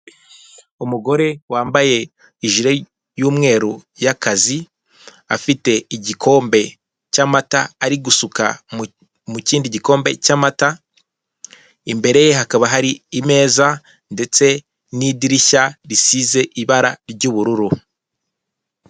Umugore wambaye ijire y'umweru y'akazi, afite igikombe cy'amata ari gusuka mu kindi gikombe cy'amata, imbere ye hakaba hari imeza ndetse n'idirishya risize ibara ry'ubururu..